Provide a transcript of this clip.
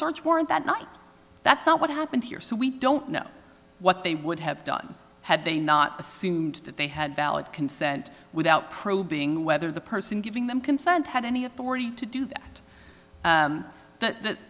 search warrant that night that's not what happened here so we don't know what they would have done had they not assumed that they had valid consent without probing whether the person giving them consent had any authority to do that that